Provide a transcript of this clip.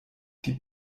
die